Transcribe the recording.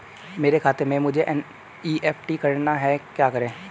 मेरे खाते से मुझे एन.ई.एफ.टी करना है क्या करें?